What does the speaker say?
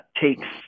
takes